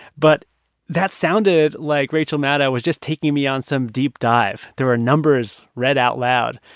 but that sounded like rachel maddow was just taking me on some deep dive. there were numbers read out loud.